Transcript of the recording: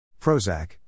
Prozac